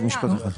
עלה.